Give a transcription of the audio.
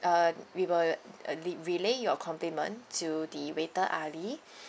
uh we will uh re~ relay your complement to the waiter ali